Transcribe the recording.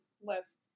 less